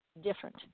different